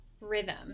rhythm